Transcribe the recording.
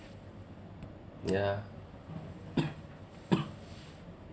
ya